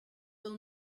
will